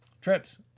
trips